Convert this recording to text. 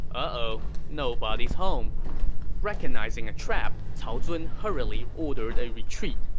ah oh, nobody's home recognizing a trap, cao zun hurriedly ordered a retreat,